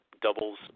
doubles